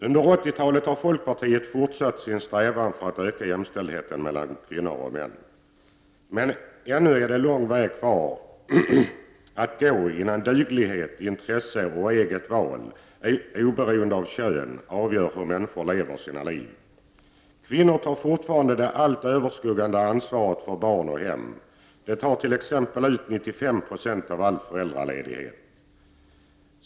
Under 80-talet har folkpartiet fortsatt sin strävan att öka jämställdheten mellan kvinnor och män. Men ännu är det lång väg kvar att gå innan duglighet, intresse och eget val, oberoende av kön, avgör hur människor lever sina liv. Kvinnorna tar fortfarande det allt överskuggande ansvaret för barn och hem. De tar t.ex. ut 95 90 av all föräldraledighet.